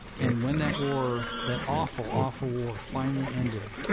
and when that war, that awful, awful war, finally ended,